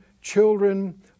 children